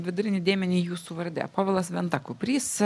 vidurinį dėmenį jūsų varde povilas venta kuprys